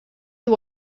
you